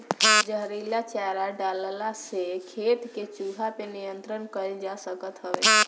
जहरीला चारा डलला से खेत के चूहा पे नियंत्रण कईल जा सकत हवे